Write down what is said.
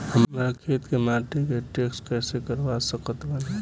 हमरा खेत के माटी के टेस्ट कैसे करवा सकत बानी?